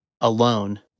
alone